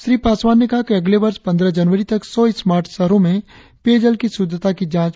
श्री पासवान ने कहा कि अगले वर्ष पंद्रह जनवरी तक सौ स्मार्ट शहरों में पेयजल की शुद्धता की जांच पूरी कर ली जायेगी